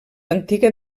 antiga